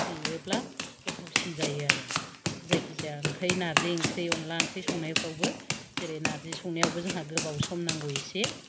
देयोब्ला गोथावसिन जायो आरो जायखिजाया ओंख्रि नार्जि ओंख्रि अनला ओंख्रि संनायफ्रावबो जेरै नार्जि संनायावबो जोंहा गोबाव सम नांगौ इसे